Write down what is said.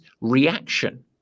reaction